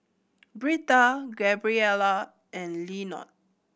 Britta Gabriela and Lenord